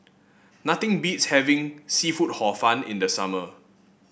nothing beats having seafood Hor Fun in the summer